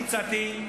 אני הצעתי,